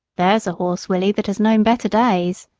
there's a horse, willie, that has known better days.